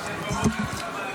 התשפ"ה 2024,